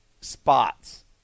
spots